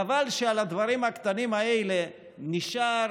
חבל שעל הדברים הקטנים האלה נשאר